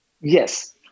Yes